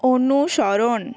অনুসরণ